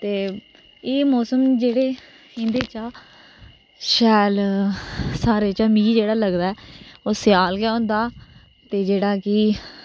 ते एह् मौसम जेहडे़ इंदे च शैल सारे च मी जेहडा़ लगदा ओह् स्याल गै होंदा ते जेहडा़ कि